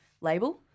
label